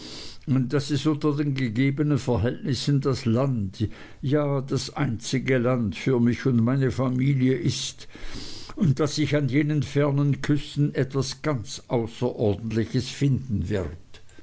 daß es unter den gegebenen verhältnissen das land ja das einzige land für mich und meine familie ist und daß sich an jenen fernen küsten etwas ganz außerordentliches finden wird